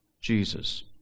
Jesus